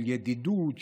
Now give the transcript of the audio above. של ידידות,